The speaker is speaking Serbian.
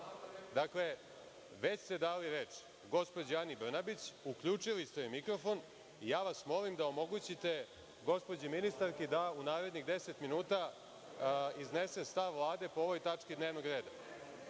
Srbiji. Dakle, već ste dali reč gospođi Ani Brbanić, uključili ste joj mikrofon i molim vas da omogućite gospođi ministarki da u narednih deset minuta iznese stav Vlade po ovoj tački dnevnog reda.